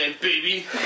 baby